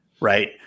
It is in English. right